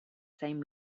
same